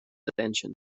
attention